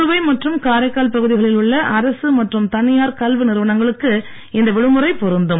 புதுவை மற்றும் காரைக்கால் பகுதிகளில் உள்ள அரசு மற்றும் தனியார் கல்வி நிறுவனங்களுக்கு இந்த விடுமுறை பொருந்தும்